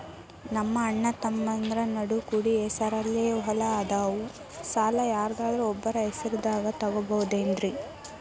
ನಮ್ಮಅಣ್ಣತಮ್ಮಂದ್ರ ನಡು ಕೂಡಿ ಹೆಸರಲೆ ಹೊಲಾ ಅದಾವು, ಸಾಲ ಯಾರ್ದರ ಒಬ್ಬರ ಹೆಸರದಾಗ ತಗೋಬೋದೇನ್ರಿ?